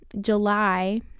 July